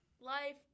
life